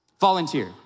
volunteer